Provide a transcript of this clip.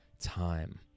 time